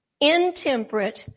intemperate